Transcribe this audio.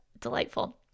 delightful